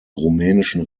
rumänischen